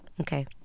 Okay